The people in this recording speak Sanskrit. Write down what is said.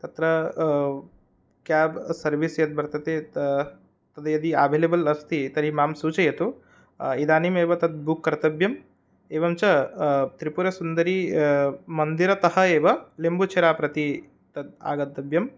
अत्र केब् सर्विस् यत् वर्तते तद् यदि अवेलेबल् अस्ति तर्हि मां सूचयतु इदानीम् एव तत् बुक् कर्तव्यम् एवं च त्रिपुरसुन्दरी मन्दिरतः एव लिम्बुचेरा प्रति तत् आगन्तव्यम्